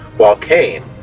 while cain,